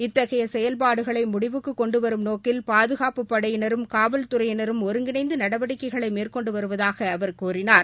இத்தகைய செயல்பாடுகளை முடிவுக்குக் கொண்டு வரும நோக்கில் பாதுகாப்புப் படையினரும் காவல்துறையினரும் ஒருங்கிணைந்து நடவடிக்கைகளை மேற்கொண்டு வருவதாக அவர் கூறினார்